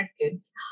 kids